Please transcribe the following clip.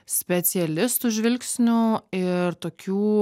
specialistų žvilgsnių ir tokių